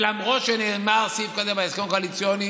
למרות שנאמר סעיף כזה בהסכם הקואליציוני,